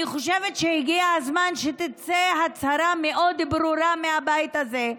אני חושבת שהגיע הזמן שתצא הצהרה מאוד ברורה מהבית הזה,